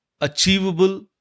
achievable